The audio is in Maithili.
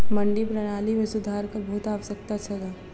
मंडी प्रणाली मे सुधारक बहुत आवश्यकता छल